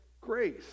grace